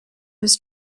was